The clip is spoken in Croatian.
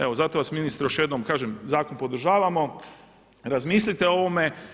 Evo zato vas ministre još jednom, kažem zakon podržavamo, razmislite o ovome.